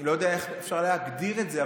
לא יודע איך אפשר להגדיר את זה,